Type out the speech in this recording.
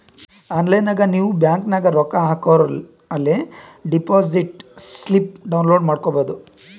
online ನಾಗ್ ನೀವ್ bank ನಾಗ್ ರೊಕ್ಕಾ ಹಾಕೂರ ಅಲೇ ಡೆಪೋಸಿಟ್ ಸ್ಲಿಪ್ ಡೌನ್ಲೋಡ್ ಮಾಡ್ಕೊಬೋದು